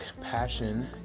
passion